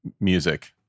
music